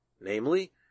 namely